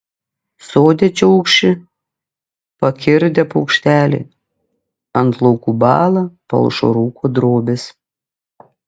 sode čiaukši pakirdę paukšteliai ant laukų bąla palšo rūko drobės